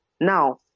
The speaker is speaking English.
now